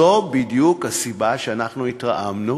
זו בדיוק הסיבה לכך שאנחנו התרעמנו